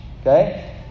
Okay